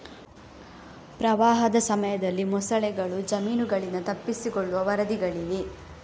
ಪ್ರವಾಹದ ಸಮಯದಲ್ಲಿ ಮೊಸಳೆಗಳು ಜಮೀನುಗಳಿಂದ ತಪ್ಪಿಸಿಕೊಳ್ಳುವ ವರದಿಗಳಿವೆ